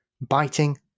biting